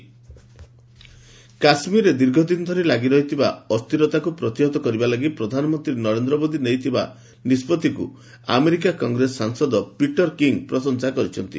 US lawmaker Kashmir କାଶ୍ମୀରରେ ଦୀର୍ଘଦିନ ଧରି ଲାଗି ରହିଥିବା ଅସ୍ଥିରତାକୁ ପ୍ରତିହତ କରିବା ଲାଗି ପ୍ରଧାନମନ୍ତ୍ରୀ ନରେନ୍ଦ୍ର ମୋଦି ନେଇଥିବା ନିଷ୍କଭିକୁ ଆମେରିକା କଂଗ୍ରେସ ସାଂସଦ ପିଟର୍ କିଙ୍ଗ୍ ପ୍ରଶଂସା କରିଛନ୍ତି